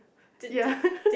ya